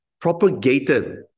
propagated